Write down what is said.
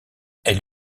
elle